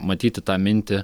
matyti tą mintį